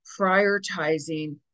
prioritizing